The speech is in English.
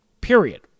period